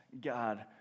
God